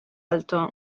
alto